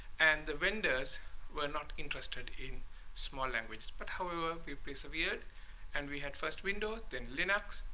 and the vendors were not interested in small language, but how we worked, we persevered and we had first windows, then linux,